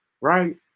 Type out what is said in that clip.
Right